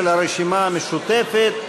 של הרשימה המשותפת.